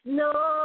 no